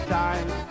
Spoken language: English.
time